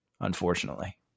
unfortunately